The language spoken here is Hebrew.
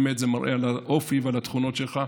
באמת, זה מראה את האופי ואת התכונות שלך.